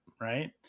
right